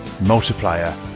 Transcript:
Multiplier